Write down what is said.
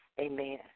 Amen